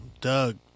Doug